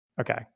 Okay